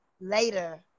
later